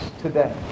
today